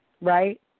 right